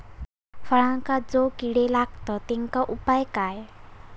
फळांका जो किडे लागतत तेनका उपाय काय?